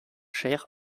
cher